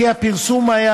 כי הפרסום היה